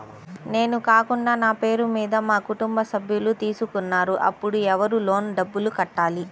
నేను కాకుండా నా పేరు మీద మా కుటుంబ సభ్యులు తీసుకున్నారు అప్పుడు ఎవరు లోన్ డబ్బులు కట్టాలి?